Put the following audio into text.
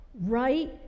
right